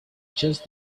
just